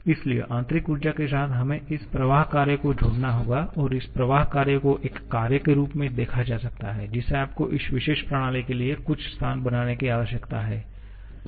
इसलिए आंतरिक ऊर्जा के साथ हमें इस प्रवाह कार्य को जोड़ना होगा और इस प्रवाह कार्य को एक कार्य के रूप में देखा जा सकता है जिसे आपको इस विशेष प्रणाली के लिए कुछ स्थान बनाने की आवश्यकता है